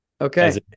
Okay